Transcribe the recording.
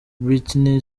britney